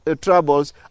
troubles